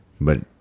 But-